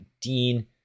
Dean